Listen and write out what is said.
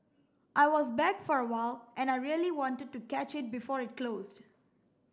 I was back for a while and I really wanted to catch it before it closed